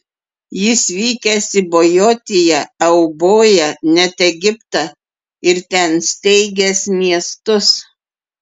jis vykęs į bojotiją euboją net egiptą ir ten steigęs miestus